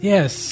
Yes